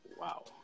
Wow